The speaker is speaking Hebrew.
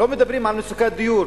לא מדברים על מצוקת דיור,